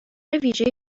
ویژه